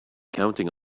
counting